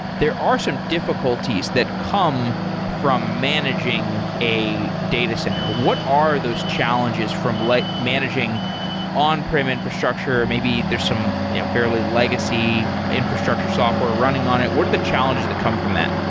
there are some difficulties that come from managing a data center. what are those challenges from like managing on-prem infrastructure and maybe there's some fairly legacy infrastructure software running on it. what are the challenges that come from that?